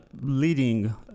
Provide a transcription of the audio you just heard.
leading